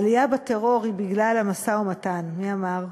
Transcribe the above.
העלייה בטרור היא בגלל המשא-ומתן, מי אמר,